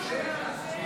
נתקבל.